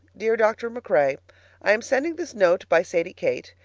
dear dr. macrae i am sending this note by sadie kate,